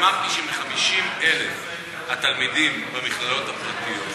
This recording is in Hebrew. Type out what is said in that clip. אמרתי שמ-50,000 התלמידים במכללות הפרטיות,